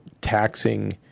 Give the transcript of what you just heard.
taxing